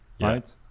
right